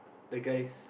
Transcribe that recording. the guys